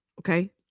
Okay